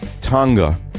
Tonga